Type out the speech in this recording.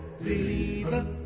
believer